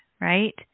Right